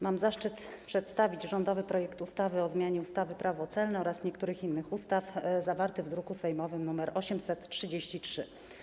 Mam zaszczyt przedstawić rządowy projekt ustawy o zmianie ustawy - Prawo celne oraz niektórych innych ustaw, zawarty w druku sejmowym nr 833.